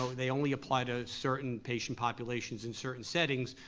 so they only apply to certain patient populations in certain settings,